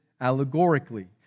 allegorically